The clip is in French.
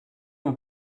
mon